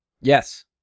yes